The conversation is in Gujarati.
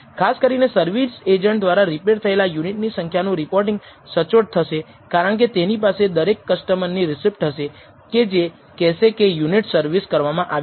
ખાસ કરીને સર્વિસ એજન્ટ દ્વારા રીપેર થયેલા યુનિટની સંખ્યા નુ રિપોર્ટિંગ સચોટ થશે કારણકે તેની પાસે દરેક કસ્ટમરની રીસીપ્ટ હશે કે જે કહેશે કે યુનિટ સર્વિસ કરવામાં આવ્યું છે